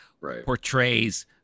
portrays